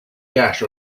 gash